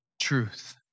truth